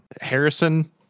Harrison